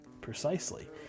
Precisely